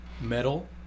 metal